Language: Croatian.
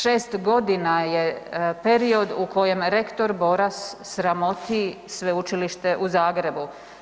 6 godina je period u kojem rektor Boras sramoti Sveučilište u Zagrebu.